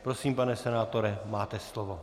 Prosím, pane senátore, máte slovo.